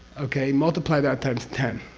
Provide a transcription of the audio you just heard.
okay? multiply that times ten.